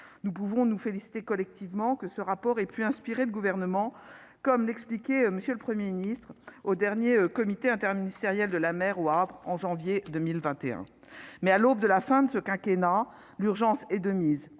nous pouvons nous féliciter collectivement que ce rapport est plus inspiré de gouvernement comme l'expliquer monsieur le 1er ministre au dernier comité interministériel de la mer ou en janvier 2021, mais à l'aube de la fin de ce quinquennat l'urgence est de mise,